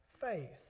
faith